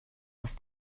aus